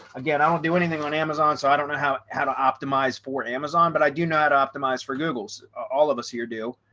again, i don't do anything on amazon. so i don't know how how to optimize for amazon. but i do not optimize for google's all of us here do.